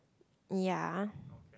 ya